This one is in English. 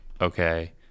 okay